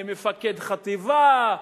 מפקד חטיבה,